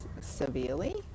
severely